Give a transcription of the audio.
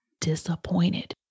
Disappointed